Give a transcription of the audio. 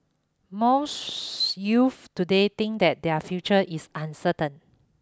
most youths today think that their future is uncertain